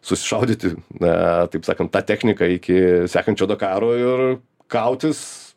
susišaudyti na taip sakant tą techniką iki sekančio dakaro ir kautis